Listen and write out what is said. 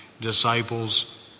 disciples